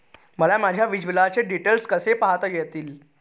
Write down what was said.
मला माझ्या वीजबिलाचे डिटेल्स कसे पाहता येतील?